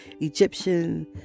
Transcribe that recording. Egyptian